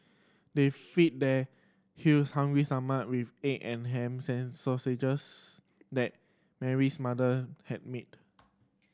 they fed their hungry stomach with egg and ham that Mary's mother had made